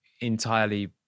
entirely